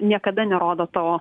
niekada nerodo to